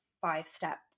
five-step